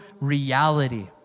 reality